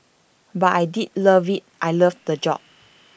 but I did loved IT L love the job